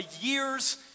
year's